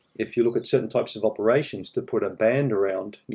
if you look at certain types of operations to put a band around, you